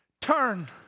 Turn